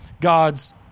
God's